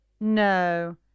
No